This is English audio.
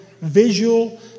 visual